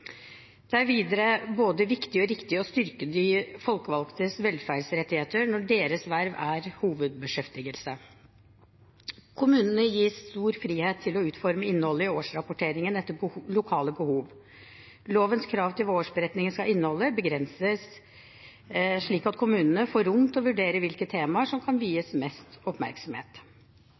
Det er videre både viktig og riktig å styrke de folkevalgtes velferdsrettigheter når deres verv er hovedbeskjeftigelse. Kommunene gis stor frihet til å utforme innholdet i årsrapporteringen etter lokale behov. Lovens krav til hva årsberetningen skal inneholde, begrenses, slik at kommunene får rom til å vurdere hvilke temaer som skal vies mest oppmerksomhet.